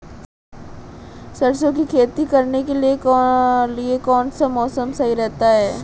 सरसों की खेती करने के लिए कौनसा मौसम सही रहता है?